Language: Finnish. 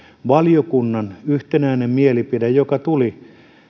valiokunnan yhtenäinen mielipide joka tuli